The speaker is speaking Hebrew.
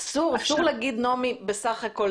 אסור להגיד בסך הכול